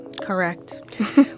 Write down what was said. Correct